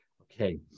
Okay